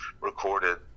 recorded